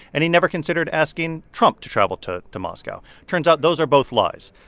and he never considered asking trump to travel to to moscow. turns out those are both lies.